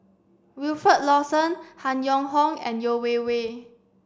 Wilfed Lawson Han Yong Hong and Yeo Wei Wei